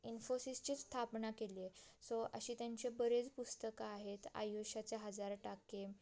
इन्फोसिसची स्थापना केली आहे सो अशी त्यांचे बरेच पुस्तकं आहेत आयुष्याचे हजार टाके